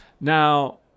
Now